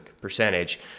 percentage